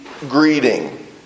greeting